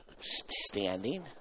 standing